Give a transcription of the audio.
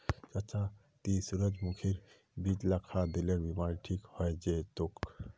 चच्चा ती सूरजमुखीर बीज ला खा, दिलेर बीमारी ठीक हइ जै तोक